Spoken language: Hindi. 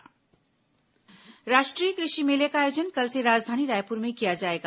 राष्ट्रीय कृषि मेला राष्ट्रीय कृषि मेले का आयोजन कल से राजधानी रायपुर में किया जाएगा